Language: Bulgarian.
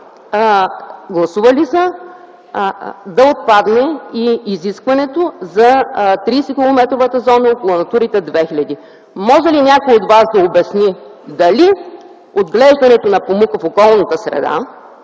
гласували са да отпадне и изискването за 30-километровата зона около Натурите 2000. Може ли някой от вас да обясни дали отглеждането на памук в околната среда